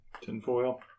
Tinfoil